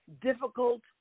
difficult